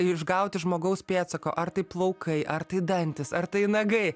išgauti žmogaus pėdsako ar tai plaukai ar tai dantys ar tai nagai